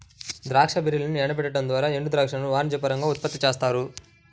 ద్రాక్ష బెర్రీలను ఎండబెట్టడం ద్వారా ఎండుద్రాక్షను వాణిజ్యపరంగా ఉత్పత్తి చేస్తారు